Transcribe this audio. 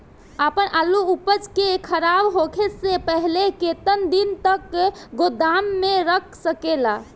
आपन आलू उपज के खराब होखे से पहिले केतन दिन तक गोदाम में रख सकिला?